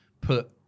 put